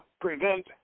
prevent